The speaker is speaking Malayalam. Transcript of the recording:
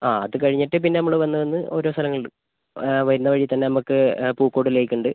ആ അത് കഴിഞ്ഞിട്ട് പിന്നെ നമ്മൾ വന്ന് വന്ന് ഓരോ സ്ഥലങ്ങൾ ഉണ്ട് വരുന്ന വഴി തന്നെ നമുക്ക് പൂക്കോട് ലേക്ക് ഉണ്ട്